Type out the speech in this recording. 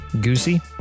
goosey